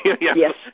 Yes